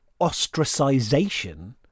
ostracization